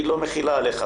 היא לא מכילה עליך.